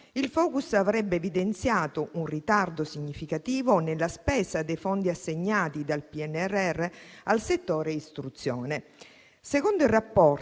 Il *focus* avrebbe evidenziato un ritardo significativo nella spesa dei fondi assegnati dal PNRR al settore istruzione.